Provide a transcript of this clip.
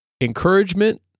encouragement